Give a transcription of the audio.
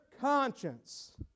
conscience